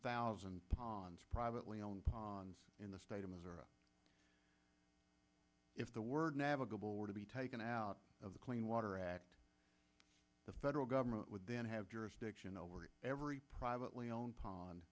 thousand ponds privately owned in the state of missouri if the word navigable were to be taken out of the clean water act the federal government would then have jurisdiction over every privately owned pond